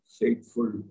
faithful